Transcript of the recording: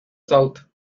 south